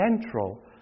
central